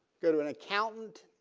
go to an accountant.